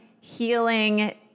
healing